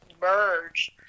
merge